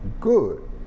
good